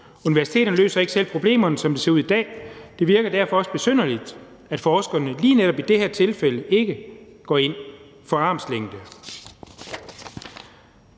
Universiteterne løser ikke selv problemerne, som det ser ud i dag, og det virker derfor også besynderligt, at forskerne lige netop i det her tilfælde ikke går ind for armslængde.